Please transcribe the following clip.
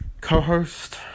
co-host